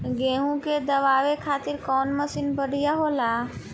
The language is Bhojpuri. गेहूँ के दवावे खातिर कउन मशीन बढ़िया होला?